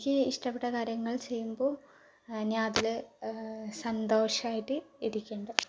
എനിക്ക് ഇഷ്ടപ്പെട്ട കാര്യങ്ങൾ ചെയ്യുമ്പോൾ ഞാൻ അതിൽ സന്തോഷമായിട്ട് ഇരിക്കുന്നുണ്ട്